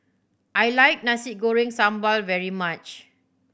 I like Nasi Goreng Sambal very much